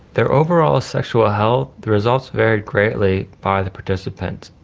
their overall sexual health, the results varied greatly by the participants.